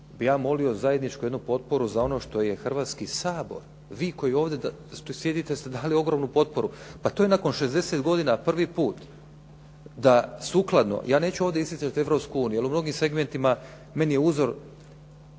bih ja molio zajedničku potporu za ono što je Hrvatski sabor, vi koji ovdje sjedite ste dali ogromnu potporu, pa to je nakon 60 godina prvi put da sukladno, ja neću ovdje isticati Europsku uniju jer u mnogim segmentima meni je uzor